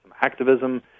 activism